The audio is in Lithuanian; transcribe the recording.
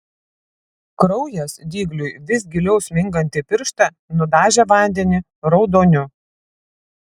kraujas dygliui vis giliau smingant į pirštą nudažė vandenį raudoniu